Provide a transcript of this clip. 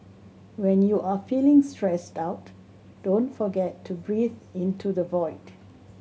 when you are feeling stressed out don't forget to breathe into the void